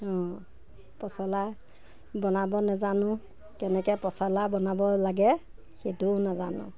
অঁ পচলা বনাব নাজানো কেনেকৈ পচলা বনাব লাগে সেইটোও নাজানো